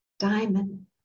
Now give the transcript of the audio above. Diamond